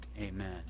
amen